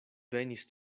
venis